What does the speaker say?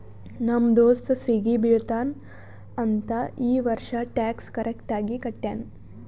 ನಮ್ ದೋಸ್ತ ಸಿಗಿ ಬೀಳ್ತಾನ್ ಅಂತ್ ಈ ವರ್ಷ ಟ್ಯಾಕ್ಸ್ ಕರೆಕ್ಟ್ ಆಗಿ ಕಟ್ಯಾನ್